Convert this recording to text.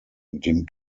dem